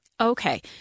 Okay